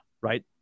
right